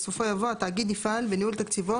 בסופו יבוא "התאגיד יפעל בניהול תקציבו